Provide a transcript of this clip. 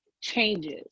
changes